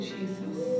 Jesus